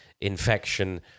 infection